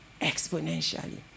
exponentially